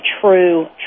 true